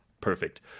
Perfect